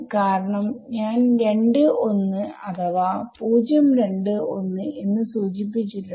കാരണം ഞാൻ 2 1 അഥവാ 0 2 1 എന്ന് സൂചിപ്പിച്ചിട്ടുണ്ട്